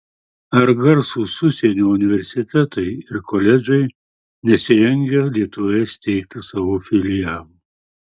ar garsūs užsienio universitetai ir koledžai nesirengia lietuvoje steigti savo filialų